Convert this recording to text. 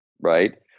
Right